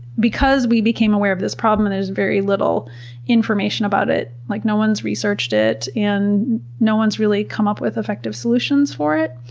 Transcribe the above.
because we became aware of this problem and there's very little information about it, like no one's researched it, and no one's really come up with effective solutions for it.